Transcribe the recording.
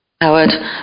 Howard